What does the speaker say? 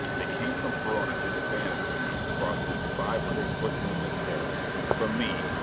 they came from perona and the bandits to me across this five hundred foot moonlit bowl from me,